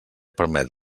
permet